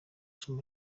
shami